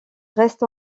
reste